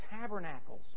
Tabernacles